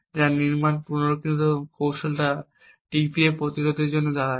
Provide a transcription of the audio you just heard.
যা নির্মাণ এবং পুনঃকীকরণ কৌশল দ্বারা DPA প্রতিরোধের জন্য দাঁড়ায়